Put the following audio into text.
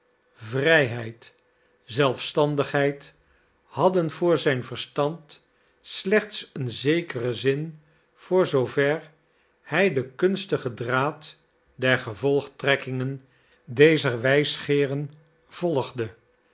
vrijheid zelfstandigheid hadden voor zijn verstand slechts een zekeren zin voor zoover hij den kunstigen draad der gevolgtrekkingen dezer wijsgeeren volgde